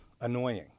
annoying